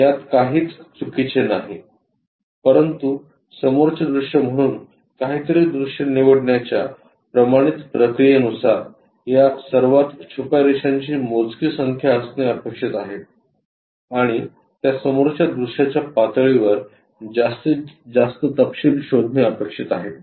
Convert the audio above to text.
यात काहीच चुकीचे नाही परंतु समोरचे दृश्य म्हणून काहीतरी दृश्य निवडण्याच्या प्रमाणित प्रक्रियेनुसार या सर्वात छुप्या रेषांची मोजकी संख्या असणे अपेक्षित आहे आणि त्या समोरच्या दृश्याच्या पातळीवर जास्तीत जास्त तपशील शोधणे अपेक्षित आहे